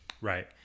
right